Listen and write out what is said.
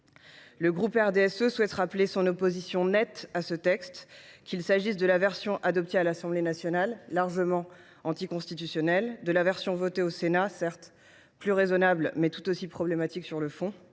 Le groupe RDSE souhaite rappeler son opposition nette à ce texte, qu’il s’agisse de la version adoptée à l’Assemblée nationale, largement anticonstitutionnelle, ou de celle adoptée par le Sénat, qui était certes plus raisonnable, mais tout aussi problématique sur le fond.